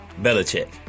Belichick